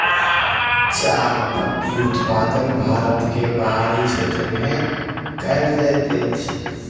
चाह पत्ती उत्पादन भारत के पहाड़ी क्षेत्र में कयल जाइत अछि